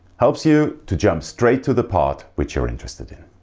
helps you to jump straight to the part which you're interested in.